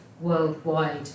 worldwide